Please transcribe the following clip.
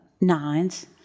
nines